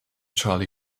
charlie